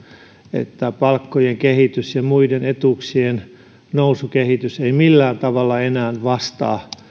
että palkkojen kehitys ja muiden etuuksien nousukehitys eivät millään tavalla enää vastaa